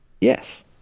Yes